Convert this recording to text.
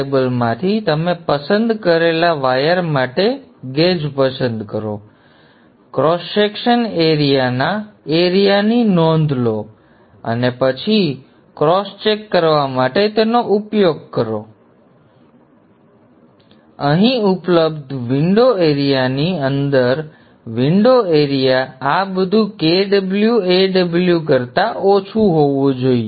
cross સેક્શનના એરીયાની નોંધ લો અને પછી ક્રોસ ચેક કરવા માટે તેનો ઉપયોગ કરો Np x પ્રાઇમરીનો wire cross section area Ns x સેકન્ડરીનો wire cross section area Nd x demagnetising વાઇન્ડિંગનો વાયર ક્રોસ સેક્શન એરિયા આ બધાને વિન્ડો એરિયામાં સમાવવા જોઇએ એટલું જ નહીં ઉપલબ્ધ વિન્ડો એરિયાની અંદર વિન્ડો એરિયા આ બધું Kw Aw કરતા ઓછું હોવું જોઇએ